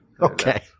Okay